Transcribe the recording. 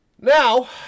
Now